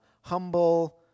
humble